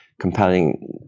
compelling